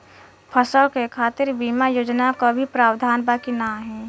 फसल के खातीर बिमा योजना क भी प्रवाधान बा की नाही?